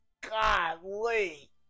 golly